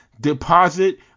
deposit